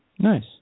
Nice